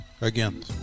again